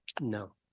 No